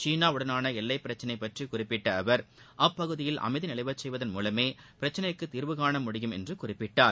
சீனாவுடனான எல்லை பிரச்சினை பற்றி குறிப்பிட்ட அவர் அப்பகுதியில் அமைதி நிலவச் செய்வதன் மூலமே பிரச்சினைக்கு தீர்வுகாய முடியும் என்று குறிப்பிட்டார்